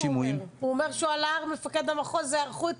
--- הוא אומר שמפקד המחוז על ההר להיערכות,